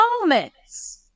moments